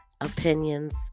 opinions